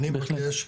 אני מבקש,